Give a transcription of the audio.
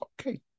okay